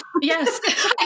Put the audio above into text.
Yes